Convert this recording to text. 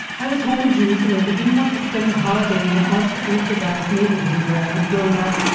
i was home in jerusalem, but didn't want to spend the holiday in the ultra-orthodox neighborhood where i had grown up,